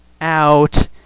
out